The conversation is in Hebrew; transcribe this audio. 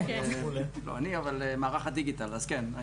לא אני, אבל מערך הדיגיטל, אז כן.